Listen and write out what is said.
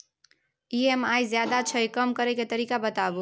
EMI ज्यादा छै कम करै के तरीका बताबू?